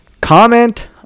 Comment